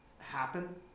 Happen